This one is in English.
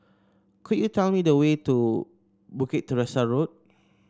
could you tell me the way to Bukit Teresa Road